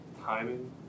timing